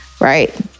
right